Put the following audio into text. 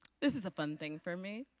this is a fun thing for me.